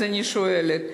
אני שואלת: